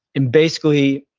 and basically,